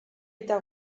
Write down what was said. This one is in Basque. eta